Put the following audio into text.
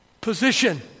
position